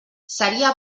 seria